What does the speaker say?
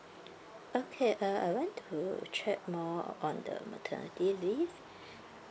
okay uh I want to check more on the maternity leave